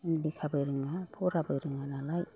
लेखाबो रोङा फराबो रोङानालाय